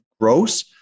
gross